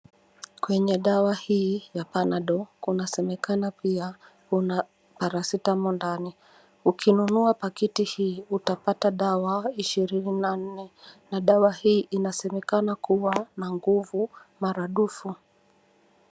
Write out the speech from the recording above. Kwenye dawa hii ya Panadol kunasemekana pia kuna Paracetamol ndani. Ukinunua pakiti hii utapata dawa ishirini na nne na dawa hii inasemekana kuwa na nguvu maradufu.